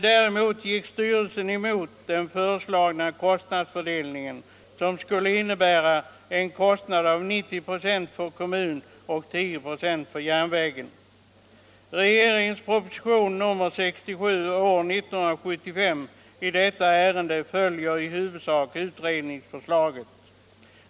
Däremot gick styrelsen emot den föreslagna kostnadsfördelningen innebärande att 90 96 av kostnaden faller på kommunen och 10 96 på järnvägen. Regeringens proposition nr 67 år 1975 i detta ärende följer i huvudsak utredningsförslaget.